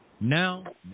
Now